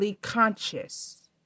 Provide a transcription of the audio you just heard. conscious